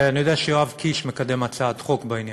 ואני יודע שיואב קיש מקדם הצעת חוק בעניין,